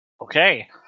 Okay